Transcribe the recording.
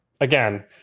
again